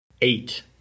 eight